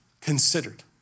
considered